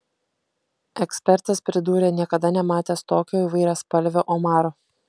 ekspertas pridūrė niekada nematęs tokio įvairiaspalvio omaro